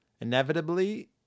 inevitably